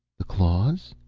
the claws?